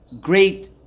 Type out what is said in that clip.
great